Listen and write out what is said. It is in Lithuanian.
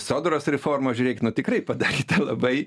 sodros reforma žiūrėk nu tikrai padaryta labai